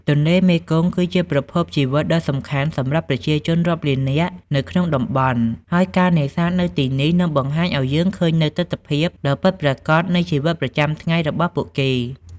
ទន្លេមេគង្គគឺជាប្រភពជីវិតដ៏សំខាន់សម្រាប់ប្រជាជនរាប់លាននាក់នៅក្នុងតំបន់ ហើយការនេសាទនៅទីនេះនឹងបង្ហាញឱ្យយើងឃើញនូវទិដ្ឋភាពដ៏ពិតប្រាកដនៃជីវិតប្រចាំថ្ងៃរបស់ពួកគេ។